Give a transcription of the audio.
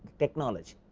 technology,